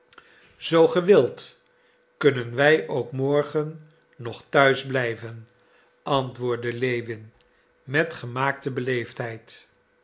ge wilt kunnen wij ook morgen nog thuis blijven antwoordde lewin met gemaakte